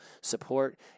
support